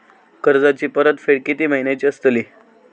कर्जाची परतफेड कीती महिन्याची असतली?